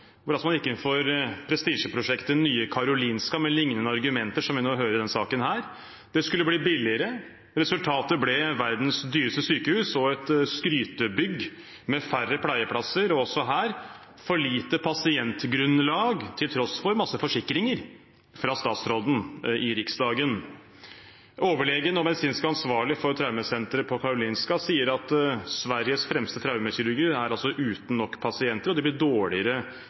hvor man gikk inn for prestisjeprosjektet Nya Karolinska med lignende argumenter som man hører i denne saken – det skulle bli billigere. Resultatet ble verdens dyreste sykehus, et skrytebygg med færre pleieplasser og, også her, for lite pasientgrunnlag til tross for masse forsikringer fra statsråden i Riksdagen. Overlege og medisinsk ansvarlig for traumesenteret ved Karolinska sier at Sveriges fremste traumekirurger er uten nok pasienter, og at de blir dårligere